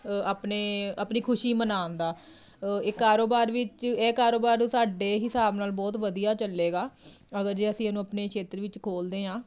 ਆਪਣੇ ਆਪਣੀ ਖੁਸ਼ੀ ਮਨਾਉਣ ਦਾ ਇਹ ਕਾਰੋਬਾਰ ਵਿੱਚ ਇਹ ਕਾਰੋਬਾਰ ਸਾਡੇ ਹਿਸਾਬ ਨਾਲ ਬਹੁਤ ਵਧੀਆ ਚੱਲੇਗਾ ਅਗਰ ਜੇ ਅਸੀਂ ਇਹਨੂੰ ਆਪਣੇ ਖੇਤਰ ਵਿੱਚ ਖੋਲ੍ਹਦੇ ਹਾਂ